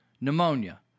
pneumonia